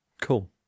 cool